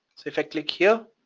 if i click here.